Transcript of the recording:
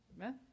Amen